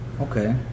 okay